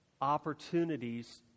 opportunities